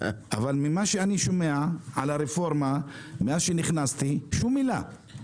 אבל ממה שאני שומע על הרפורמה מאז שנכנסתי שום מילה.